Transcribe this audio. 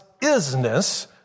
isness